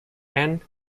and